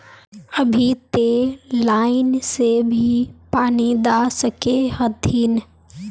अभी ते लाइन से भी पानी दा सके हथीन?